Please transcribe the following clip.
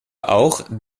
auch